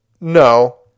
No